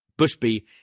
Bushby